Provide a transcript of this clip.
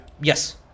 yes